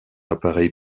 appareil